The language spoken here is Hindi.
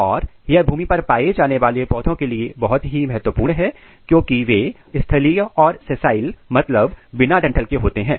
और यह भूमि पर पाए जाने वाले पौधों के लिए बहुत ही महत्वपूर्ण है क्योंकि वे स्थलीय और sessile बिना डंठल के होते हैं